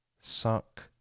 Suck